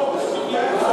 לא